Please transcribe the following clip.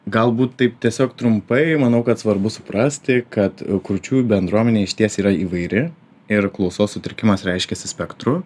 galbūt taip tiesiog trumpai manau kad svarbu suprasti kad kurčiųjų bendruomenė išties yra įvairi ir klausos sutrikimas reiškiasi spektru